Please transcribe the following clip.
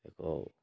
ଏକ